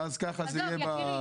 ואז ככה זה יהיה בזה,